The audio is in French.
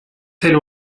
telle